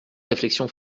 réflexion